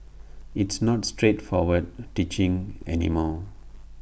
it's not straightforward teaching any more